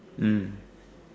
mm